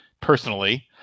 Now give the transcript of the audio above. personally